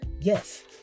yes